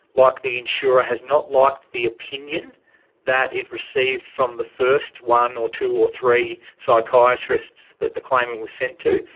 like the insurer has not liked the opinion that it received from the first one or two or three psychiatrists that the claimant was sent to,